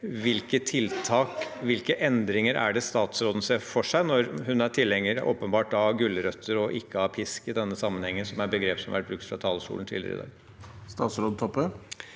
hvilke endringer er det statsråden ser for seg når hun åpenbart er tilhenger av gulrøtter og ikke pisk i denne sammenhengen, som er begrep som har vært brukt fra talerstolen tidligere i dag? Statsråd